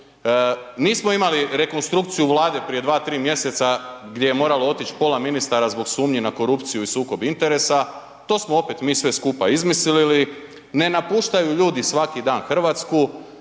nismo imali rekonstrukciju Vlade prije dva, tri mjeseca gdje je moralo otići pola ministara zbog sumnji na korupciju i sukob interesa, to smo opet mi sve to skupa izmislili. Ne napuštaju ljudi svaki dan Hrvatsku,